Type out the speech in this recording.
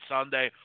Sunday